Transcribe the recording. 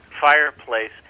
fireplace